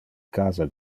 casa